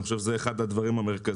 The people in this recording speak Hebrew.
אני חושב שזה אחד הדברים המרכזיים.